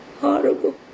horrible